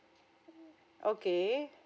okay